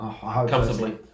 Comfortably